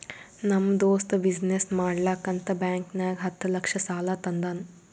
ನಮ್ ದೋಸ್ತ ಬಿಸಿನ್ನೆಸ್ ಮಾಡ್ಲಕ್ ಅಂತ್ ಬ್ಯಾಂಕ್ ನಾಗ್ ಹತ್ತ್ ಲಕ್ಷ ಸಾಲಾ ತಂದಾನ್